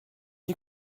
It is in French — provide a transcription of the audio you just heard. dit